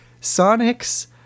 sonic's